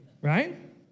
Right